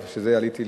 ובשביל זה עליתי,